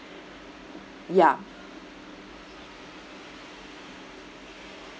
ya